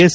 S